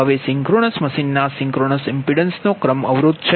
હવે સિંક્રનસ મશીનના synchronous impedance નો ક્રમ અવરોધ છે